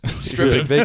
Stripping